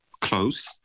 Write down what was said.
close